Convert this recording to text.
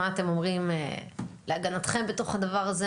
מה אתם אומרים להגנתכם בתוך הדבר הזה?